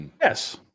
Yes